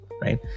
right